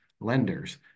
lenders